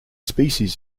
species